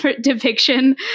depiction